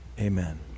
Amen